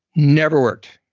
never worked.